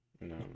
no